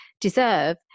deserve